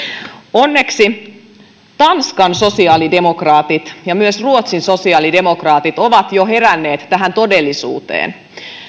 onneksi tanskan sosiaalidemokraatit ja myös ruotsin sosiaalidemokraatit ovat jo heränneet tähän todellisuuteen